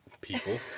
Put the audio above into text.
People